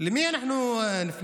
למי אנחנו נפנה,